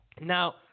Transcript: Now